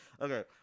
Okay